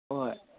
ꯍꯣꯏ